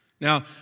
Now